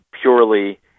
purely